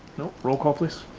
no, roll call please.